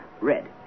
red